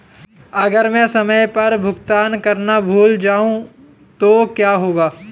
अगर मैं समय पर भुगतान करना भूल जाऊं तो क्या होगा?